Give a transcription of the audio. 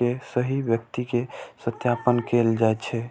के सही व्यक्ति के सत्यापन कैल जाइ छै